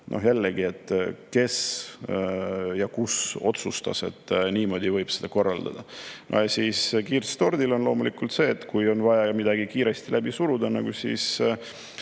Jällegi: kes ja kus otsustas, et niimoodi võib seda korraldada? Kirss tordil on loomulikult see, et kui on vaja midagi kiiresti läbi suruda, siis